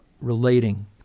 relating